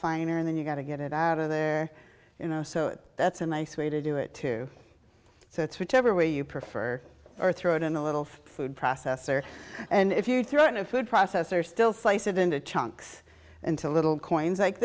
finer and then you've got to get it out of there you know so that's a nice way to do it too so it's whichever way you prefer or throw it in a little food processor and if you throw in a food processor still slice it into chunks until little coins like